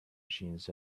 machines